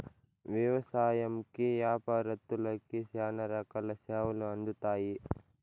వ్యవసాయంకి యాపారత్తులకి శ్యానా రకాల సేవలు అందుతాయి